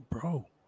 Bro